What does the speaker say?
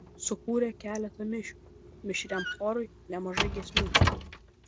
sukūrė keletą mišių mišriam chorui nemažai giesmių